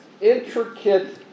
intricate